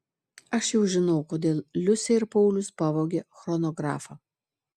aš jau žinau kodėl liusė ir paulius pavogė chronografą